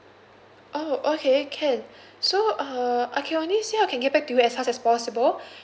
oh okay can so uh I can only say I can get back to as fast as possible